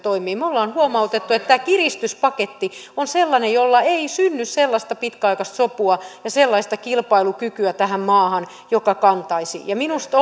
toimia me olemme huomauttaneet että tämä kiristyspaketti on sellainen jolla ei synny sellaista pitkäaikaista sopua ja sellaista kilpailukykyä tähän maahan joka kantaisi ja minusta